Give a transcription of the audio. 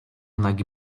nagi